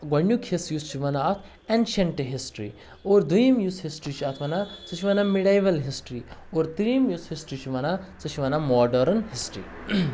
گۄڈنیُٚک حِصہٕ یُس چھِ یِوان اَتھ اٮ۪نشَنٹ ہِسٹرٛی اور دوٚیُم یُس ہِسٹرٛی چھِ اَتھ وَنان سُہ چھِ وَنان مِڈَیوٕل ہِسٹرٛی اور ترٛیٚیُم یُس ہِسٹرٛی چھِ وَنان سُہ چھِ وَنان ماڈٔرٕن ہِسٹرٛی